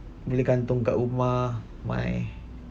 boleh gantung kat rumah my